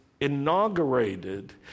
inaugurated